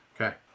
Okay